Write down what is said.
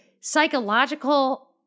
psychological